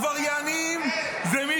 בינתיים העבריינים הם מהמפלגה שלך.